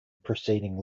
preceding